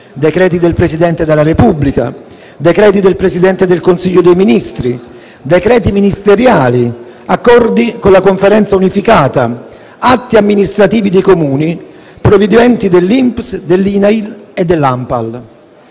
decreti del Presidente della Repubblica, decreti del Presidente del Consiglio dei ministri, decreti ministeriali, accordi con la Conferenza unificata, atti amministrativi dei Comuni, provvedimenti dell'INPS, dell'Inail e dell'ANPAL.